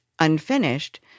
unfinished